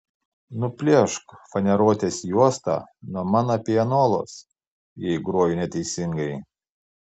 nuplėšk faneruotės juostą nuo mano pianolos jei groju neteisingai